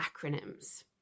acronyms